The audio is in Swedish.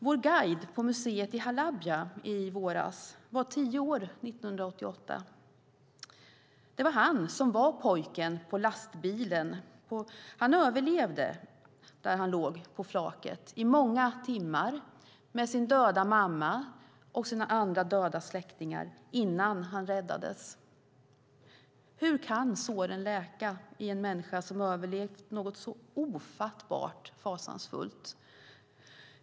Vår guide på museet i Halabja i våras var tio år 1988. Det var han som var pojken på lastbilen. Han överlevde där han låg på flaket i många timmar med sin döda mamma och sina andra döda släktingar innan han räddades. Hur kan såren läka i en människa som har överlevt något så ofattbart fasansfullt?